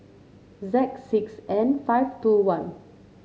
Z six N five two one